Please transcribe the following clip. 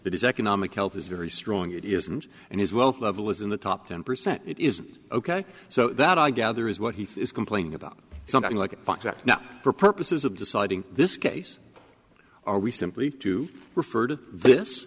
that his economic health is very strong it isn't and his wealth level is in the top ten percent it is ok so that i gather is what he is complaining about something like that now for purposes of deciding this case are we simply to refer to this